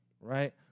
right